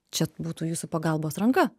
čia būtų jūsų pagalbos ranka